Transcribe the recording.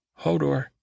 Hodor